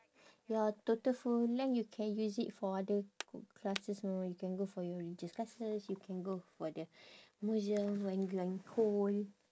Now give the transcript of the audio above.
ya total full length you can use it for other classes mah you can go for your religious classes you can go for the museum when you're in cold